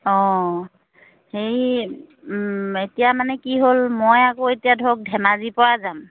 অঁ হেৰি এতিয়া মানে কি হ'ল মই আকৌ এতিয়া ধৰক ধেমাজিৰ পৰা যাম